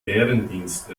bärendienst